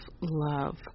love